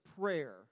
prayer